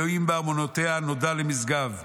אלהים באַרְמְנוֹתֶיה נודע למשגב.